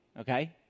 okay